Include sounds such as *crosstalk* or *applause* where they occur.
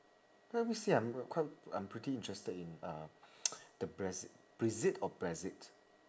let me see I'm quite I'm pretty interested in uh *noise* the brexit brexit or brexit